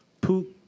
poop